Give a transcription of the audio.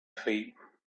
feet